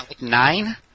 nine